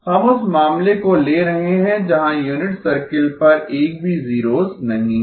हम उस मामले को ले रहे हैं जहाँ यूनिट सर्किल पर एक भी जीरोस नहीं है